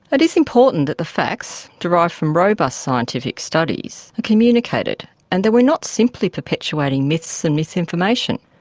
it is important that the facts derived from robust scientific studies are communicated and that we're not simply perpetuating myths and misinformation.